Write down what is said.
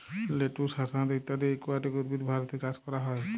lettuce, hyacinth ইত্যদি aquatic উদ্ভিদ ভারতে চাস ক্যরা হ্যয়ে